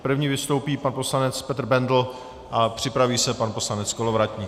První vystoupí pan poslanec Petr Bendl a připraví se pan poslanec Kolovratník.